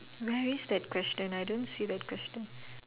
where is that question I don't see that question